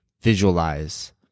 visualize